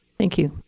thank you.